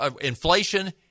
inflation